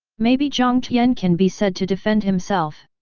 maybe jiang tian can be said to defend himself.